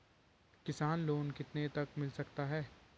किसान लोंन कितने तक मिल सकता है?